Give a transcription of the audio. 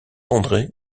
andré